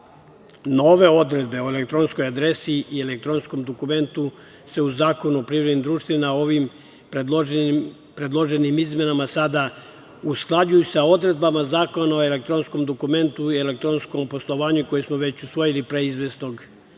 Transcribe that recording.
odredbe o elektronskoj adresi i elektronskom dokumentu se u Zakonu o privrednim društvima ovim predloženim izmenama sada usklađuju sa odredbama Zakona o elektronskom dokumentu i elektronskom poslovanju koji smo već usvojili pre izvesnog vremena,